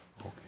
Okay